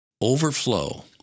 overflow